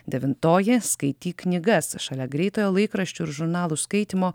devintoji skaityk knygas šalia greitojo laikraščių ir žurnalų skaitymo